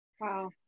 Wow